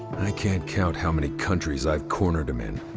i can't count how many countries i've cornered him in.